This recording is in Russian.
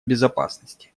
безопасности